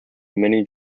mini